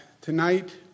tonight